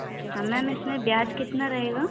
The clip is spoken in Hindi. अच्छा अच्छा मैम इसमें ब्याज कितना रहेगा